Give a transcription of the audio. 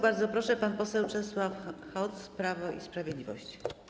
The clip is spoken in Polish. Bardzo proszę, pan poseł Czesław Hoc, Prawo i Sprawiedliwość.